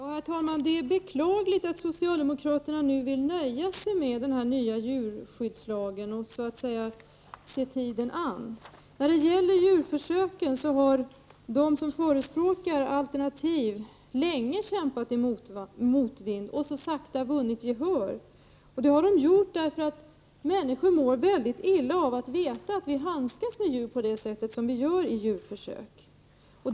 Herr talman! Det är beklagligt att socialdemokraterna vill nöja sig med den nya djurskyddslagen och så att säga vill se tiden an. De som har förespråkat alternativa metoder till djurförsök har länge kämpat i motvind men så sakteliga vunnit gehör. Det har de gjort därför att människor mår väldigt illa av att veta att vi handskas med djur på det sätt som vi gör vid djurförsök.